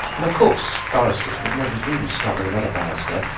and of course barristers would never dream of stabbing another barrister,